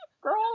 girl